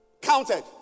counted